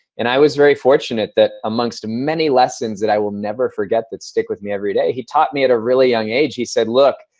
and i was very fortunate that amongst many lessons that i will never forget that stick with me every day, he taught me at a really young age, he said, look,